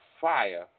fire